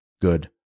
good